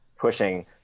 pushing